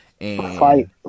Fight